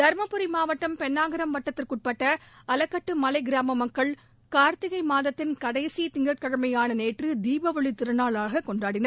தருமபுரி மாவட்டம் பென்னாகரம் வட்டத்திற்குட்பட்ட அலகட்டு மலை கிராம மக்கள் கா்த்திகை மாதத்தின் கடைசி திங்கட்கிழமையான நேற்று தீப ஒளி திருநாளாக கொண்டாடினர்